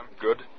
Good